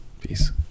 Peace